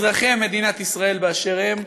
אזרחי מדינת ישראל, באשר הם,